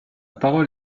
parole